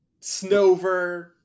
Snover